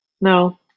No